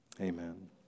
Amen